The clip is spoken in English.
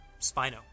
Spino